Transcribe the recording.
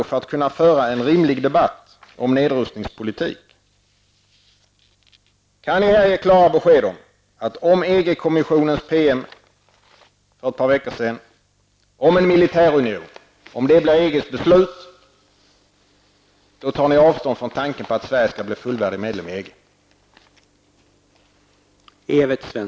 För att kunna föra en rimlig debatt om nedrustningspolitiken tycker jag alltså att vi kunde få besked här: Kan ni här ge klara besked om huruvida ni, om EG kommissionens PM från ett par veckor tillbaka om en militär union blir EGs beslut, tar avstånd från tanken på att Sverige skall bli fullvärdig medlem i EG?